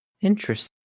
Interesting